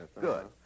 Good